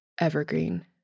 Evergreen